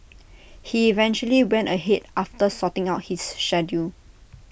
he eventually went ahead after sorting out his schedule